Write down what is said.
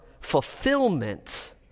fulfillment